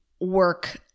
work